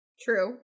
True